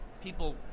people –